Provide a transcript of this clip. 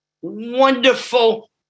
wonderful